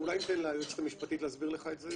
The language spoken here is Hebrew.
אולי ניתן ליועצת המשפטית להסביר לך את זה,